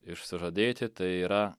išsižadėti tai yra